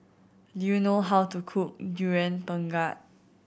do you know how to cook Durian Pengat